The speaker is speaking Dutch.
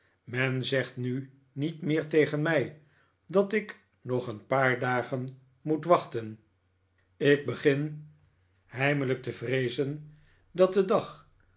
men zegt nu niet meer tegen mij dat ik nog een paar dagen moet wachten ik begin heimelijk te vreezen dat de dag